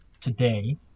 today